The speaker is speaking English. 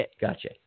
Gotcha